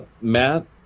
Matt